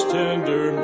tender